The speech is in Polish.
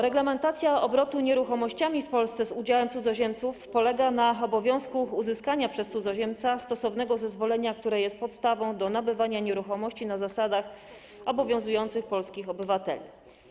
Reglamentacja obrotu nieruchomościami w Polsce z udziałem cudzoziemców polega na obowiązku uzyskania przez cudzoziemca stosownego zezwolenia, które jest podstawą do nabywania nieruchomości na zasadach obowiązujących polskich obywateli.